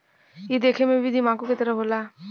ई देखे मे भी दिमागे के तरह होला